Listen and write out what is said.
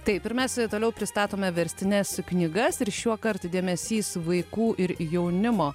taip ir mes toliau pristatome verstines knygas ir šiuokart dėmesys vaikų ir jaunimo